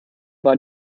war